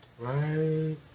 Right